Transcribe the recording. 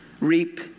reap